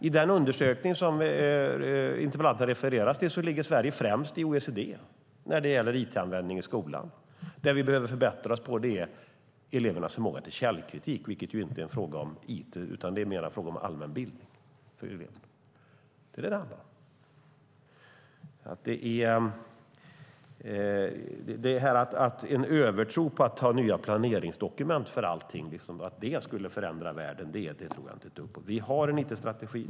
I den undersökning som interpellanten refererar till ligger Sverige främst i OECD när det gäller it-användning i skolan. Det vi behöver förbättra är elevernas förmåga till källkritik, vilket ju inte är en fråga om it utan mer en fråga om allmänbildning för eleverna. Det är det som det handlar om. Att nya planeringsdokument för allting skulle förändra världen tror jag inte ett dugg på. Vi har en it-strategi.